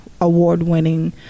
award-winning